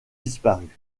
disparue